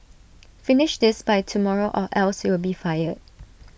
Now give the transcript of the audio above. finish this by tomorrow or else you'll be fired